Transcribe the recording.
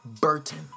Burton